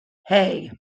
hey